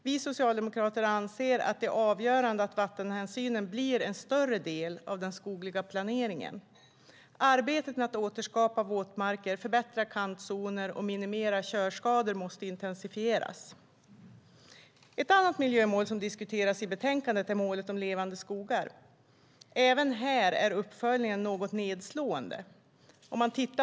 Vi socialdemokrater anser att det är avgörande att vattenhänsyn blir en större del av den skogliga planeringen. Arbetet med att återskapa våtmarker, förbättra kantzoner och minimera körskador måste intensifieras. Ett annat miljömål som diskuteras i betänkandet är målet Levande skogar. Även här är uppföljningen något nedslående.